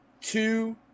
two